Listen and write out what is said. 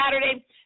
Saturday